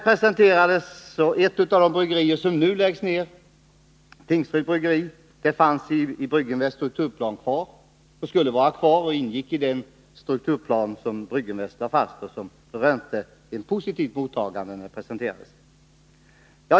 Ett av de bryggerier som nu läggs ned — Tingsryds bryggeri — fanns med i den strukturplan som Brygginvest lade fast. Bryggeriet skulle vara kvar. Förslaget rönte ett positivt mottagande när det presenterades.